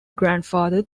grandfather